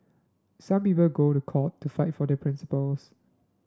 some people go to court to fight for their principles